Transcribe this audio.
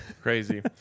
Crazy